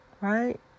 right